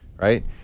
Right